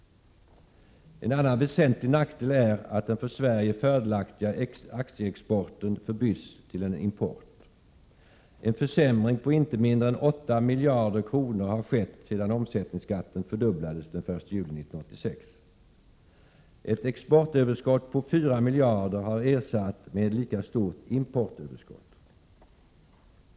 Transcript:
En annan väsentlig nackdel är att den för Sverige fördelaktiga aktieexporten förbytts till en import. En försämring på inte mindre än 8 miljarder kronor har skett sedan omsättningsskatten fördubblades den 1 juli 1986. Ett exportöverskott på 4 miljarder har ersatts med ett lika stort importöverskott.